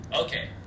Okay